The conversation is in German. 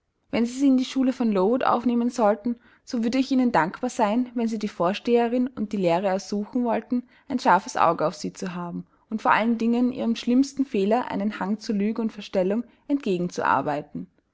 wenn sie sie in die schule von lowood aufnehmen sollten so würde ich ihnen dankbar sein wenn sie die vorsteherin und die lehrer ersuchen wollten ein scharfes auge auf sie zu haben und vor allen dingen ihrem schlimmsten fehler einen hang zur lüge und verstellung